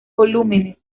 volúmenes